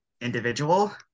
individual